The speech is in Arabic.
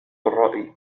الرأي